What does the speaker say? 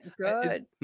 Good